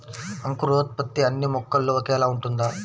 అంకురోత్పత్తి అన్నీ మొక్కల్లో ఒకేలా ఉంటుందా?